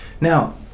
Now